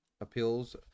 appeals